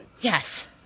Yes